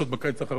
אני רוצה לעשות